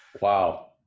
Wow